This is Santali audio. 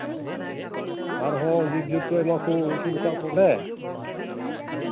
ᱟᱨᱦᱚᱸ ᱡᱤᱵᱽᱼᱡᱚᱱᱛᱩ ᱟᱭᱢᱟ ᱠᱚ ᱟᱹᱥᱩᱞ ᱠᱟᱜ ᱠᱚ ᱚᱸᱰᱮ